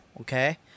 Okay